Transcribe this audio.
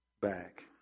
back